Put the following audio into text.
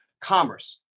Commerce